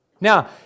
Now